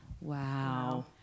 Wow